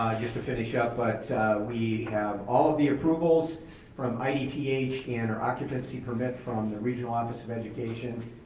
just to finish up. but we all of the approvals from idph and our occupancy permit from the regional office of education.